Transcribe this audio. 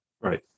Right